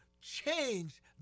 change